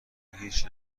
هیچ